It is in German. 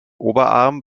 oberarm